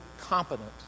competent